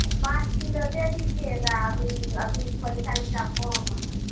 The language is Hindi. तो पाँच किलो दे दीजिएगा अभी अभी पैसा एसा कम है